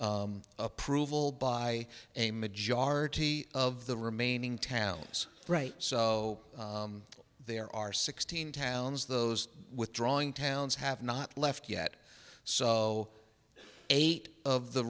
approval by a majority of the remaining towns right so there are sixteen towns those withdrawing towns have not left yet so eight of the